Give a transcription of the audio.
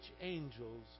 angels